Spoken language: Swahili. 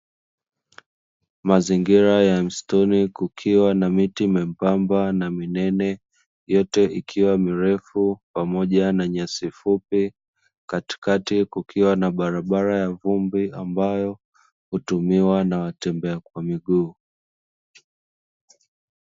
Mazingira ya msituni kukiwa na miti membamba na minene, yote ikiwa mirefu pamoja na nyasi fupi, katikati kukiwa na barabara ya vumbi ambayo hutumiwa na watembea kwa miguu.